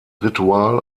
ritual